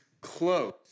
close